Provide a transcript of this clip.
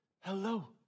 hello